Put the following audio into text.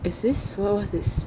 is this what what's this